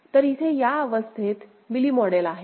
तर इथे या अवस्थेत मिली मॉडेल आहे